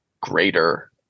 greater